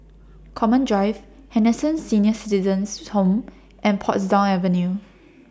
Common Drive Henderson Senior Citizens' Home and Portsdown Avenue